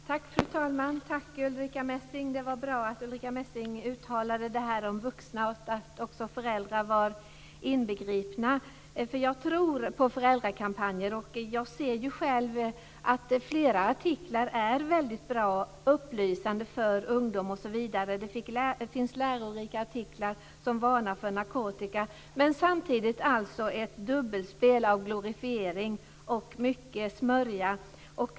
Fru talman! Tack, Ulrica Messing! Det var bra att Ulrica Messing uttalade sig om vuxna och att också föräldrar var inbegripna. Jag tror på föräldrakampanjer. Jag ser själv att flera artiklar är väldigt bra och upplysande för ungdomar. Det finns lärorika artiklar som varnar för narkotika. Men samtidigt finns ett dubbelspel med glorifiering och mycket smörja.